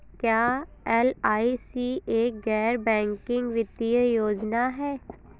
क्या एल.आई.सी एक गैर बैंकिंग वित्तीय योजना है?